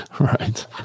Right